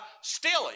stealing